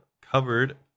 covered